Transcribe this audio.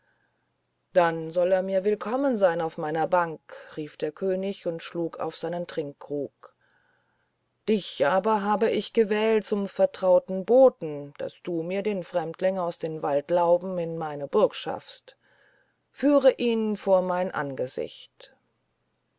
dann soll er mir willkommen sein auf meiner bank rief der könig und schlug auf seinen trinkkrug dich aber habe ich gewählt zum vertrauten boten daß du mir den fremdling aus den waldlauben in meine burg schaffst führe ihn vor mein angesicht